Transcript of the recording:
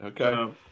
Okay